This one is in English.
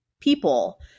people